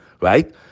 right